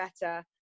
better